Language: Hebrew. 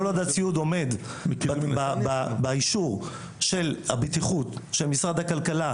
כל עוד הציוד עומד באישור הבטיחות של משרד הכלכלה,